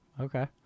Okay